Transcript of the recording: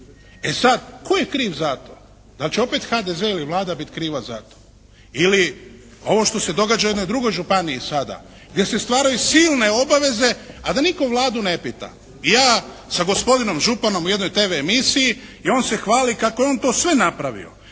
E sad, tko je kriv za to. Zar će opet HDZ i Vlada biti kriva za to? Ili ovo što se događa u jednoj drugoj županiji sada gdje se stvaraju silne obaveze a da nitko Vladu ne pita. Ja sa gospodinom županom u jednoj tv emisiji i on se hvali kako je on to sve napravio